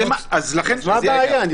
אז מה הבעיה?